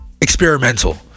experimental